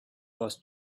was